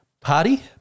party